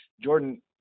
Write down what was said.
Jordan